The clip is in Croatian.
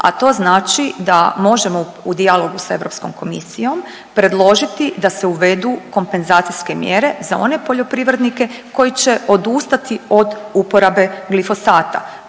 a to znači da možemo u dijalogu sa Europskom komisijom predložiti da se uvedu kompenzacijske mjere za one poljoprivrednike koji će odustati od uporabe glifosata.